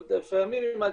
לפעמים,